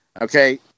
okay